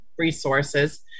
resources